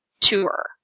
tour